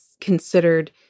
considered